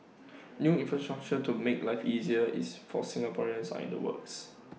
new infrastructure to make life easier is for Singaporeans are in the works